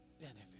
benefit